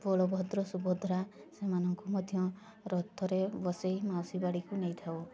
ବଳଭଦ୍ର ସୁଭଦ୍ରା ସେମାନଙ୍କୁ ମଧ୍ୟ ରଥରେ ବସେଇ ମାଉସୀ ବାଡ଼ିକୁ ନେଇଥାଉ